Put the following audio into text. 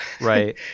right